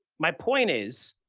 my point is